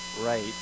right